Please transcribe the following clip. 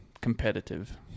competitive